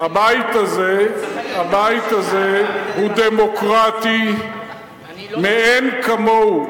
הבית הזה הוא דמוקרטי מאין כמוהו,